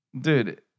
Dude